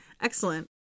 excellent